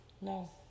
No